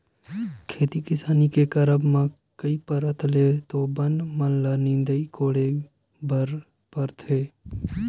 खेती किसानी के करब म कई परत ले तो बन मन ल नींदे कोड़े बर परथे